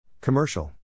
Commercial